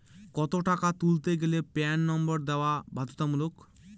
কত টাকা তুলতে গেলে প্যান নম্বর দেওয়া বাধ্যতামূলক?